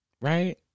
Right